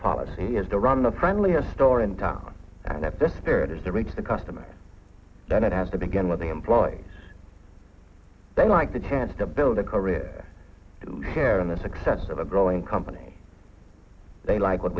policy is the run the friendliest store in town and if the spirit is to reach the customers that it has to begin with the employees then like the chance to build a career in the success of a growing company they like what